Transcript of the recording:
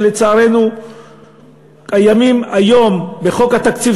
שלצערנו הימים היום בחוק התקציב,